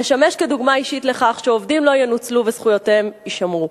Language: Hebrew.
לשמש דוגמה אישית לכך שעובדים לא ינוצלו וזכויותיהם יישמרו.